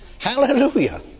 Hallelujah